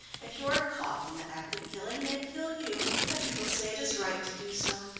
if you are caught in the act of killing they kill you, and people say it is right to do so.